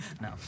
No